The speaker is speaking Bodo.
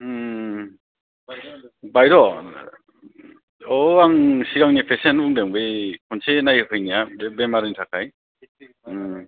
उम बायद' औ आं सिगांनि पेशेन्ट बुंदों बै खनसे नायहो फैनाया बे बेमारनि थाखाय उम